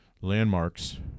landmarks